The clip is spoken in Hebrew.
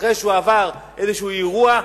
אחרי שהוא עבר איזה אירוע.